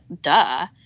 Duh